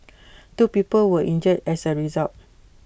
two people were injured as A result